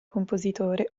compositore